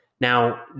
Now